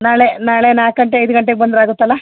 ನಾಳೆ ನಾಳೆ ನಾಲ್ಕು ಗಂಟೆ ಐದು ಗಂಟೆಗೆ ಬಂದ್ರೆ ಆಗುತ್ತಲ್ಲ